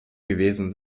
gewesen